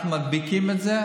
אנחנו מדביקים את זה.